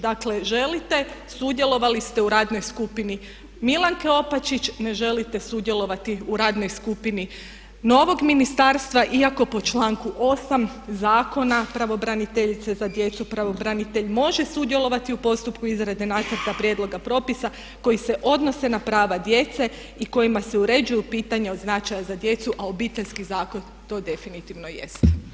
Dakle, želite, sudjelovali ste u radnoj skupini Milanke Opačić, ne želite sudjelovati u radnoj skupini novog ministarstva iako po članku 8. Zakona pravobraniteljice za djecu, pravobranitelj može sudjelovati u postupku izrade nacrta prijedloga propisa koji se odnose na prava djece i kojima se uređuju pitanja od značaja za djecu a Obiteljski zakon to definitivno jest.